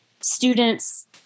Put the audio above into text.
students